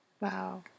Wow